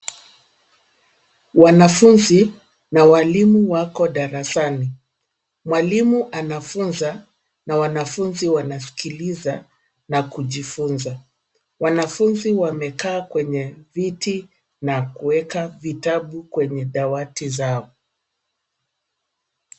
Wanafunzi na walimu wako darasani. Mwalimu anafunza na wanafunzi wanasikiliza na kujifunza. Wanafunzi wamekaa kwenye viti na kuweka vitabu kwenye dawati zao.